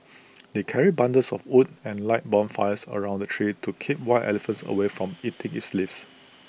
they carried bundles of wood and light bonfires around the tree to keep wild elephants away from eating its leaves